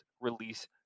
release